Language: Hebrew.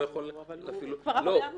הוא כבר עבריין מורשע.